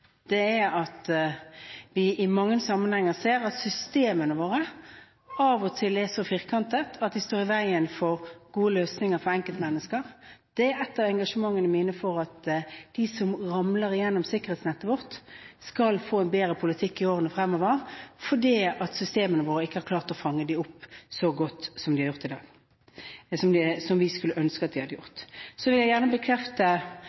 er at vi i mange sammenhenger ser at systemene våre av og til er så firkantet at de står i veien for gode løsninger for enkeltmennesker. Et av engasjementene mine er at de som ramler gjennom sikkerhetsnettet vårt, skal få en bedre politikk i årene fremover, for systemene våre har ikke klart å fange dem opp så godt som vi skulle ønske at de hadde gjort. Så vil jeg gjerne bekrefte overfor SV at vi